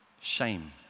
Shame